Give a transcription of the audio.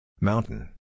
Mountain